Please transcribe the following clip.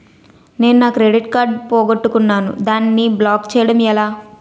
నేను నా credit card పోగొట్టుకున్నాను దానిని బ్లాక్ చేయడం ఎలా?